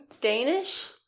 Danish